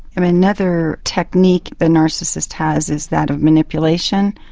um another technique the narcissist has is that of manipulation.